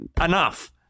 enough